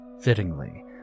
fittingly